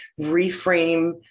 reframe